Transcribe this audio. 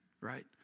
right